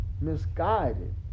misguided